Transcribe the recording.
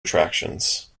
attractions